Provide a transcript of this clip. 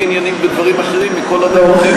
עניינים ובדברים אחרים מכל אדם אחר.